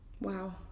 Wow